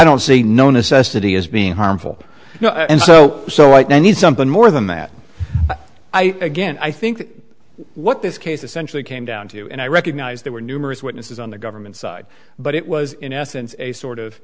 don't see no necessity as being harmful and so so i need something more than that i again i think what this case essentially came down to and i recognize there were numerous witnesses on the government's side but it was in essence a sort of